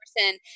person